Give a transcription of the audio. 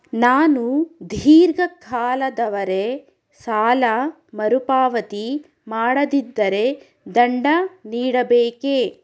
ನಾನು ಧೀರ್ಘ ಕಾಲದವರೆ ಸಾಲ ಮರುಪಾವತಿ ಮಾಡದಿದ್ದರೆ ದಂಡ ನೀಡಬೇಕೇ?